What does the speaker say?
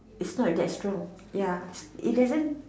it's not that strong ya it doesn't